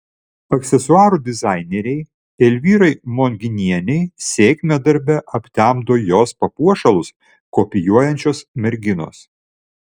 aksesuarų dizainerei elvyrai monginienei sėkmę darbe aptemdo jos papuošalus kopijuojančios merginos